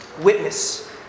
Witness